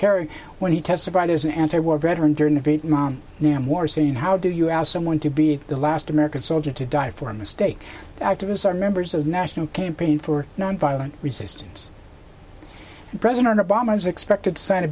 kerry when he testified as an anti war veteran during the vietnam nam war saying how do you ask someone to be the last american soldier to die for a mistake activists are members of a national campaign for now violent resistance president obama is expected to sign a